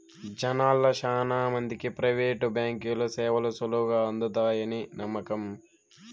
జనాల్ల శానా మందికి ప్రైవేటు బాంకీల సేవలు సులువుగా అందతాయని నమ్మకం